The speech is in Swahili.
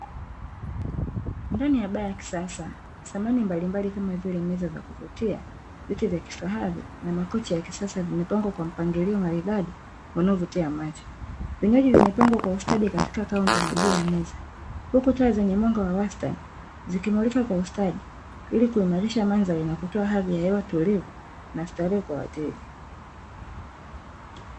ndani ya baa ya kisasa samani mbalimbali kama vile meza za kuvutia ,viti vya kifahari na makochi ya kisasa yakipangwa kwa mpangilio maridadi yanaovutia macho .vinywaji vimepagwa kwa ustadi katika kaunta na juu ya meza ,huku taa zenye mwanga wa wastani zikimulika kwa ustadi ili kuhimarisha mandhari na kotoa hali ya hewa tulivu na starehe kwa wateja.